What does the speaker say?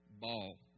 ball